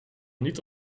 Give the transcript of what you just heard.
niet